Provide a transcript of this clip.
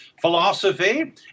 philosophy